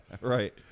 Right